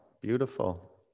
beautiful